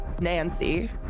Nancy